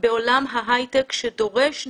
בעולם ההייטק שדורש נגישות,